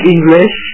English